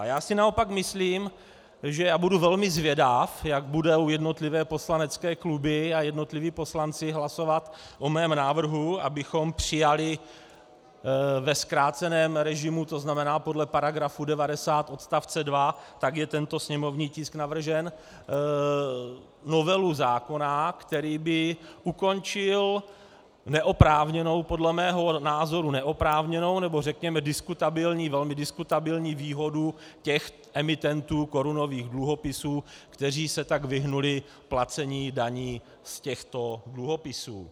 Já si naopak myslím a budu velmi zvědav, jak budou jednotlivé poslanecké kluby a jednotliví poslanci hlasovat o mém návrhu, abychom přijali ve zkráceném režimu, to znamená podle § 90 odst. 2, tak je tento sněmovní tisk navržen, novelu zákona, který by ukončil neoprávněnou, podle mého názoru neoprávněnou nebo diskutabilní, velmi diskutabilní výhodu těch emitentů korunových dluhopisů, kteří se tak vyhnuli placení daní z těchto dluhopisů.